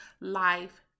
life